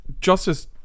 Justice